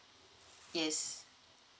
yes